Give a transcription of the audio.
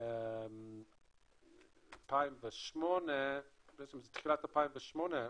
תחילת 2008,